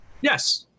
Yes